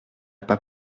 pas